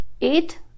eight